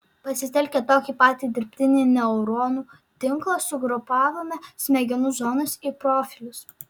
pasitelkę tokį patį dirbtinį neuronų tinklą sugrupavome smegenų zonas į profilius